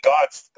God's